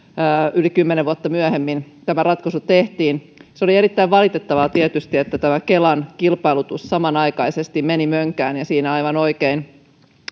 yli kymmenen vuotta myöhemmin tämä ratkaisu tehtiin se oli tietysti erittäin valitettavaa että kelan kilpailutus samanaikaisesti meni mönkään ja siinä aivan oikein